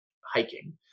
hiking